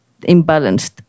imbalanced